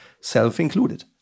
Self-included